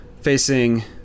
facing